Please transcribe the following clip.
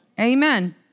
amen